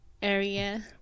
area